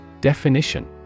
Definition